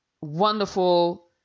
wonderful